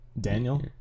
Daniel